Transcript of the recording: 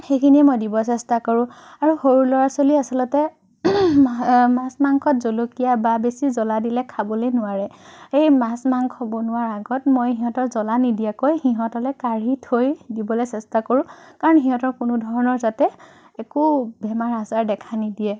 সেইখিনিয়ে মই দিব চেষ্টা কৰোঁ আৰু সৰু ল'ৰা ছোৱালীয়ে আচলতে মাছ মাংসত জলকীয়া বা বেছি জ্বলা দিলে খাবলৈ নোৱাৰে এই মাছ মাংস বনোৱাৰ আগত মই সিহঁতৰ জ্বলা নিদিয়াকৈ সিহঁতলৈ কাঢ়ি থৈ দিবলৈ চেষ্টা কৰোঁ কাৰণ সিহঁতৰ কোনো ধৰণৰ যাতে একো বেমাৰ আজাৰ দেখা নিদিয়ে